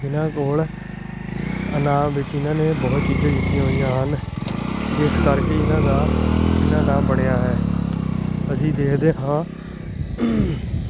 ਜਿਨ੍ਹਾਂ ਕੋਲ ਇਨਾਮ ਵਿੱਚ ਇਨ੍ਹਾਂ ਨੇ ਬਹੁਤ ਚੀਜ਼ਾਂ ਜਿੱਤੀਆਂ ਹੋਈਆਂ ਹਨ ਜਿਸ ਕਰਕੇ ਇਹਨਾਂ ਦਾ ਨਾਮ ਬਣਿਆ ਹੈ ਅਸੀਂ ਦੇਖਦੇ ਹਾਂ